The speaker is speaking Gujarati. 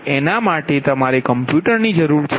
એના માતે અમારે કમ્પ્યુટરની જરૂર છે